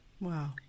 wow